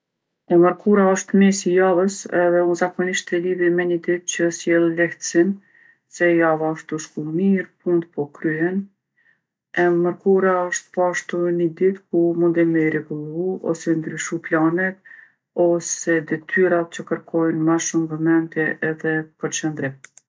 E mërkura osht mesi i javës edhe unë zakonisht e lidhi me ni ditë që sjellë lehtsim, se java osht tu shku mirë, puntë po kryhen. E mërkura osht poashtu ni ditë ku mundem me i rregullu ose ndryshu planet ose detyrat që kërkojnë ma shumë vëmendje edhe përqëndrim.